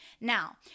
Now